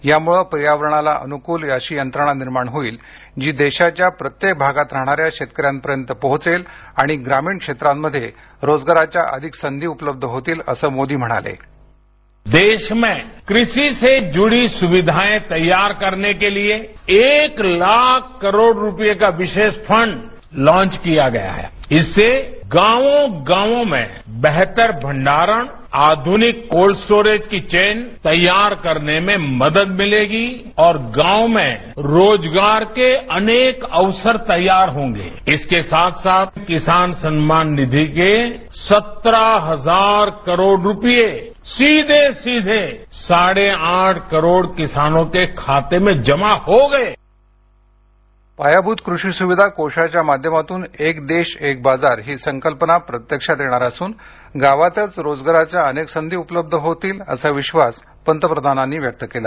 यामुळे पर्यावरणाला अनुकूल अशी यंत्रणा निर्माण होईल जी देशाच्या प्रत्येक भागात राहणाऱ्या शेतकऱ्यांपर्यंत पोहोचेल आणि ग्रामीण क्षेत्रांमध्ये रोजगाराच्या अधिक संधी उपलब्ध होतील असं मोदी म्हणाले ध्वनी देश में कृषि से जुडी सुविधाएं तैयार करने के लिए एक लाख करोड़ रूपए का विशेष फंड लांच किया गया है इससे गांवो गांवों में बेहतर भंडारण आधुनिक कोल्ड स्टोरेज की चेन तैयार करने में मदद मिलेगी और गांव में रोजगार के अनेक अवसर तैयार होंगे इसके साथ साथ किसान सम्मान निधि के सत्रह हजार करोड रूपए सीधे सीधे साढ़े आठ करोड़ किसानों के खाते में जमा हो गए पायाभूत कृषी सुविधा कोषाच्या माध्यमातून एक देश एक बाजार ही संकल्पना प्रत्यक्षात येणार असून गावातच रोजगाराच्या अनेक संधी उपलब्ध होतील असा विश्वास पंतप्रधानांनी व्यक्त केला